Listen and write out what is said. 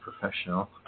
professional